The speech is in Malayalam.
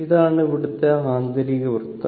ഇതാണ് ഇവിടുത്തെ ആന്തരിക വൃത്തം